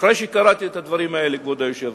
אחרי שקראתי את הדברים האלה, כבוד היושב-ראש,